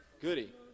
Goody